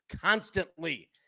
constantly